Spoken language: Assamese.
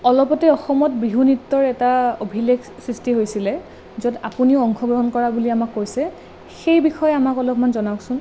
অলপতে অসমত বিহু নৃত্যৰ এটা অভিলেখ সৃষ্টি হৈছিলে য'ত আপুনিও অংশগ্ৰহণ কৰা বুলি অমাক কৈছে সেই বিষয়ে আমাক অলপমান জনাওকচোন